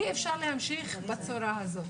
אי אפשר להמשיך בצורה הזאת.